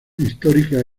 histórica